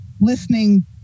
listening